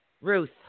Ruth